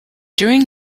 during